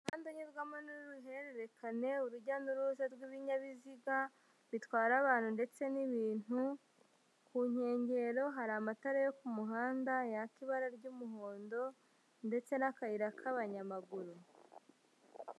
Umuhanda unyurwamo n'uruhererekane, urujya n'uruza rw'ibinyabiziga bitwara abantu ndetse n'ibintu. Ku nkengero hari amatara yo ku muhanda yaka ibara ry'umuhondo, ndetse n'akayira k'abanyamaguru.